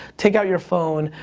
take out your phone,